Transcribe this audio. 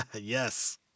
Yes